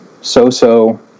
so-so